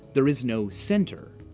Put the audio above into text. there is no center.